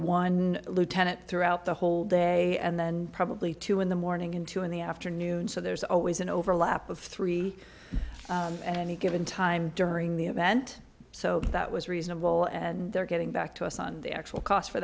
one lieutenant throughout the whole day and then probably two in the morning in two in the afternoon so there's always an overlap of three any given time during the event so that was reasonable and they're getting back to us on the actual cost for